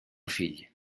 figli